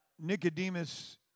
Nicodemus